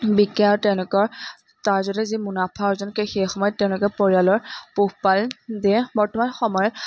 বিকে আৰু তেওঁলোকৰ তাৰ জৰিয়তে যি মুনাফা অৰ্জন কৰে সেই সময়ত তেওঁলোকে পৰিয়ালৰ পোহপাল দিয়ে বৰ্তমান সময়ত